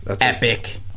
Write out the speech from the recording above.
epic